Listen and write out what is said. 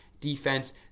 defense